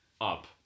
up